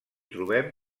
trobem